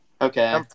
Okay